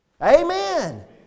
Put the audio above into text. Amen